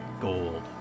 gold